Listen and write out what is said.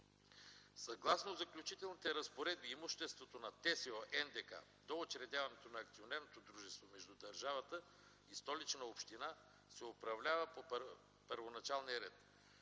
Съгласно Заключителните разпоредби имуществото на ДСО „НДК” до учредяването на акционерното дружество между държавата и Столична община се управлява по първоначалния ред.